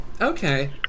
Okay